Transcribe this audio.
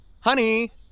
Honey